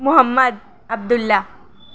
محمد عبد اللہ